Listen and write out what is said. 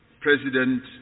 President